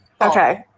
Okay